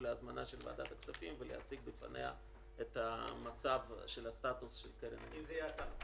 להזמנה של ועדת הכספים ולהציג בפניה את המצב של קרן הניקיון.